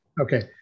Okay